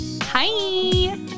Hi